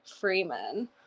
Freeman